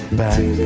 back